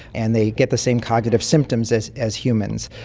and they get the same cognitive symptoms as as humans.